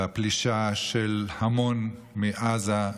בפלישה של המון מעזה,